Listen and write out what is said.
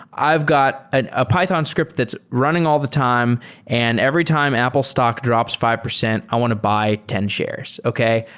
i've got a python script that's running all the time and every time apple stock drops five percent, i want to buy ten shares, okay?